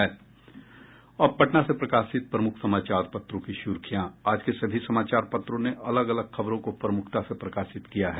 अब पटना से प्रकाशित प्रमुख समाचार पत्रों की सुर्खियां आज के सभी समाचार पत्रों ने अलग अलग खबरों को प्रमुखता से प्रकाशित किया है